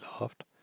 laughed